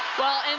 well, and